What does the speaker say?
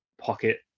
pocket